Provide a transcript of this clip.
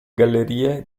gallerie